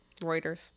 Reuters